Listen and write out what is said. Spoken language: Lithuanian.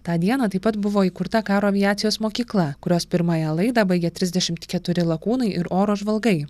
tą dieną taip pat buvo įkurta karo aviacijos mokykla kurios pirmąją laidą baigė trisdešimt keturi lakūnai ir oro žvalgai